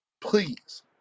Please